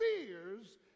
fears